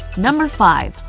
number five.